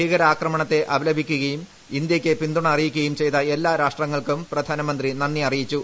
ഭീകരാക്രമണത്തെ അപലപിക്കുകയും ഇന്തൃയ്ക്ക് പിന്തുണ അറിയിക്കുകയും ചെയ്ത എല്ലാ രാഷ്ട്രങ്ങൾക്കും പ്രധാനമന്ത്രി നന്ദി അറിയിച്ചു